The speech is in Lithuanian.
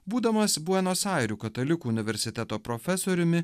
būdamas buenos airių katalikų universiteto profesoriumi